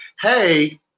Hey